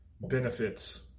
benefits